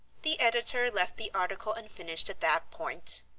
the editor left the article unfinished at that point.